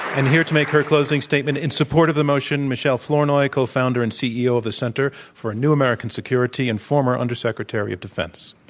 and here to make her closing statement in support of the motion, michele flournoy, co-founder and ceo of the center for a new american security and former undersecretary of defense.